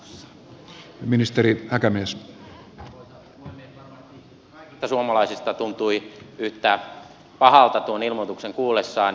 varmasti kaikista suomalaisista tuntui yhtä pahalta tuon ilmoituksen kuullessaan